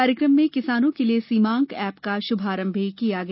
कार्यक्रम में किसानों के लिये सीमांक एप का शुभारंभ भी किया गया